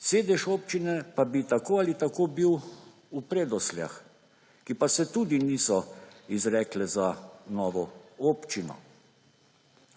Sedež občine pa bi tako ali tako bil v Predosljah, ki pa se tudi niso izrekle za novo občino.